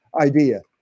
idea